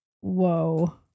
Whoa